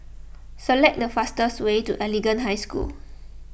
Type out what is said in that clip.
select the fastest way to Anglican High School